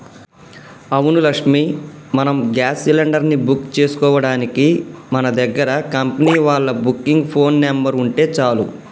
అవును లక్ష్మి మనం gas cylinder ని బుక్ చేసుకోవడానికి మన దగ్గర కంపెనీ వాళ్ళ బుకింగ్ ఫోన్ నెంబర్ ఉంటే చాలు